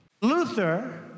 Luther